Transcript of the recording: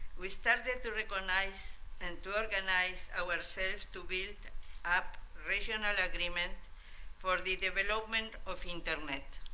we started to recognize and to organize ourselves to build up regional agreement for the development of internet.